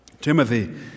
Timothy